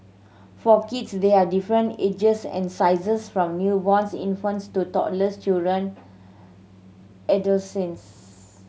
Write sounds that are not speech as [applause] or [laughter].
for kids there are different ages and sizes from newborns infants to toddlers children [unintelligible]